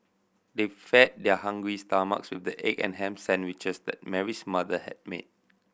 they fed their hungry stomach with the egg and ham sandwiches that Mary's mother had made